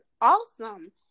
awesome